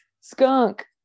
skunk